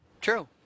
True